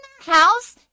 house